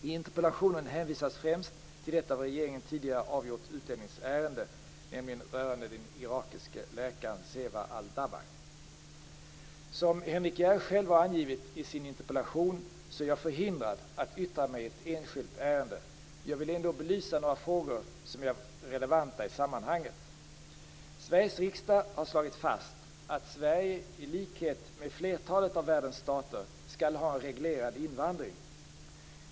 I interpellationen hänvisas främst till ett av regeringen tidigare avgjort utlänningsärende, nämligen rörande den irakiske läkaren Zewar Al-Dabbagh. Som Henrik S Järrel själv har angivit i sin interpellation är jag förhindrad att yttra mig i ett enskilt ärende, men jag vill ändå belysa några frågor som är relevanta i sammanhanget. Sveriges riksdag har slagit fast att Sverige, i likhet med flertalet av världens stater, skall ha en reglerad invandring.